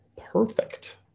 perfect